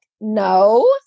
no